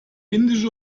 indische